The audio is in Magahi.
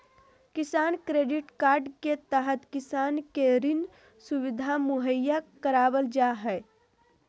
किसान क्रेडिट कार्ड के तहत किसान के ऋण सुविधा मुहैया करावल जा हय